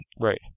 Right